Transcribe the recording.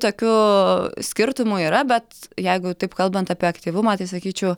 tokių skirtumų yra bet jeigu taip kalbant apie aktyvumą tai sakyčiau